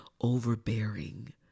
overbearing